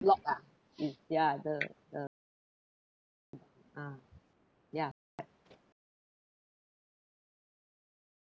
block ah mm ya the the ah ya